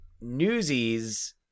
newsies